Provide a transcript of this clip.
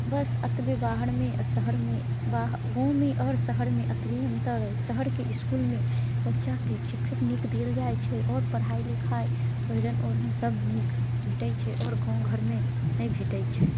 बस अतबे बाहरमे आओर शहरमे गाँवमे आओर शहरमे अतबे अन्तर अइ शहरके इसकुलमे बच्चाके शिक्षक नीक देल जाइ छै आओर पढ़ाइ लिखाइ पहिरन ओढ़न सब नीक भेटै छै आओर गाँव घरमे नहि भेटै छै